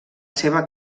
seva